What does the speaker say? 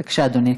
בבקשה, אדוני.